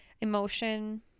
emotion